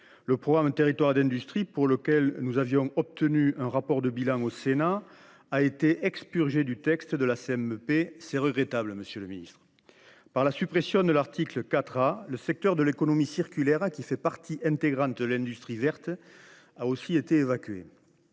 au programme Territoires d’industrie, pour lequel nous avions obtenu un rapport de bilan au Sénat : c’est regrettable, monsieur le ministre. Par la suppression de l’article 4 A, le secteur de l’économie circulaire, qui fait partie intégrante de l’industrie verte, a également été évacué